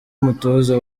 mutoza